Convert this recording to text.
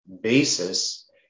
basis